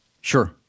Sure